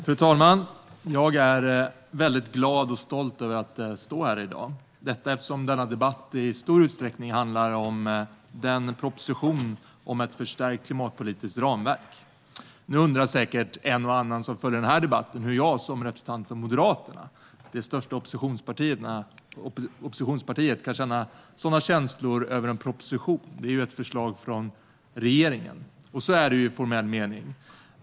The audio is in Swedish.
Fru talman! Jag är mycket glad och stolt över att stå här i dag, eftersom denna debatt i stor utsträckning handlar om propositionen om ett förstärkt klimatpolitiskt ramverk. Nu undrar säkert en och annan som följer denna debatt hur jag som representant för Moderaterna, det största oppositionspartiet, kan ha sådana känslor för en proposition. Det är ju ett förslag från regeringen. Så är det i formell mening.